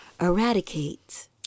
eradicate